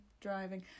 Driving